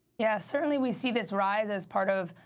yeah, certainly, we see this rise as part of,